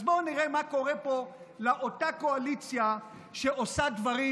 אז בואו נראה מה קורה פה באותה קואליציה שעושה דברים